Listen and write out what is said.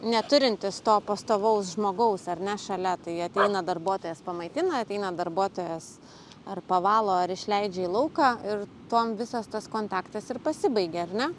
neturintys to pastovaus žmogaus ar ne šalia tai ateina darbuotojas pamaitina ateina darbuotojas ar pavalo ar išleidžia į lauką ir tuom visas tos kontaktas ir pasibaigia ar ne